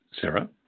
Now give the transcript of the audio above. Sarah